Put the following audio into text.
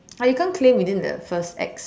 like you can't claim within the first X